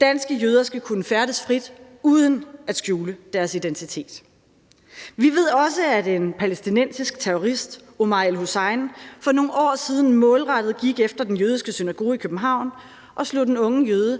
Danske jøder skal kunne færdes frit uden at skjule deres identitet. Vi ved også, at en palæstinensisk terrorist, Omar Abdel Hamid El-Hussein, for nogle år siden målrettet gik efter den jødiske synagoge i København og slog den unge jøde